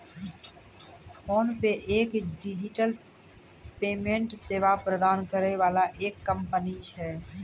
PhonePe एक digital payment सेवा प्रदान करै वाला एक कंपनी छै